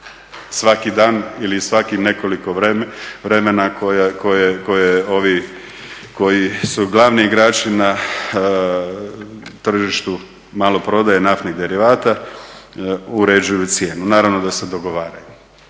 svaki dan ili svakih nekoliko vremena koje ovi koji su glavni igrači na tržištu maloprodaje naftnih derivata uređuju cijenu, naravno da se dogovaraju.